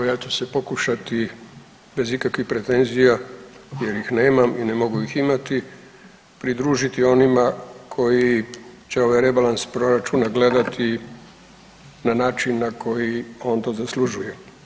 Ja ću se pokušati bez ikakvih pretenzija jer ih nemam i ne mogu ih imati pridružiti onima koji će ovaj rebalans proračuna gledati na način na koji on to zaslužuje.